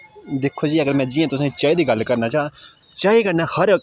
दिक्खो जी अगर में जि'यां तु'सेंगी चाही दी गल्ल करना चांह् चाही कन्नै हर